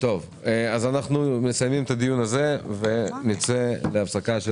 מסיימים את הדיון הזה ונצא להפסקה.